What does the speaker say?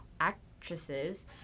actresses